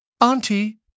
Auntie